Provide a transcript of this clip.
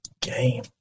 game